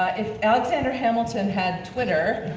ah if alexander hamilton had twitter,